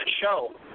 show